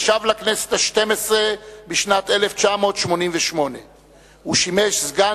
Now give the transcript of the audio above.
ושב לכנסת ה-12 בשנת 1988. הוא שימש סגן